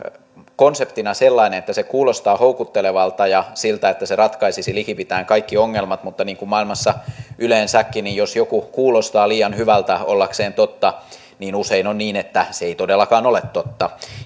konseptina sellainen että se kuulostaa houkuttelevalta ja siltä että se ratkaisisi likipitäen kaikki ongelmat mutta niin kuin maailmassa yleensäkin niin jos joku kuulostaa liian hyvältä ollakseen totta usein on niin että se ei todellakaan ole totta